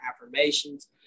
affirmations